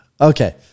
Okay